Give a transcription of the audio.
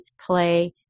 play